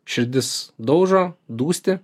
širdis daužo dūsti